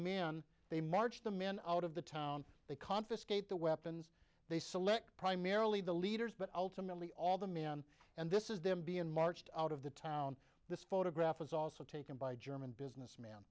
man they marched the men out of the town they confiscate the weapons they select primarily the leaders but ultimately all the man and this is them being marched out of the town this photograph was also taken by german business